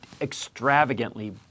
extravagantly